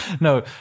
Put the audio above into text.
No